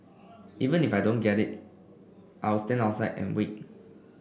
even if I don't get in I'll stand outside and wait